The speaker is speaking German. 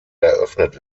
eröffnet